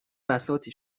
بساطی